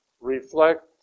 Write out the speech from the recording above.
reflect